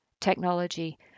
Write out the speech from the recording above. technology